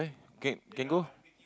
can can go